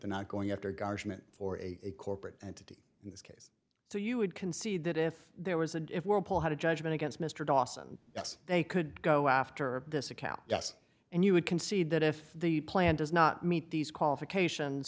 they're not going after garnishment or a corporate entity in this case so you would concede that if there was and if whirlpool had a judgment against mr dawson yes they could go after this account yes and you would concede that if the plan does not meet these qualifications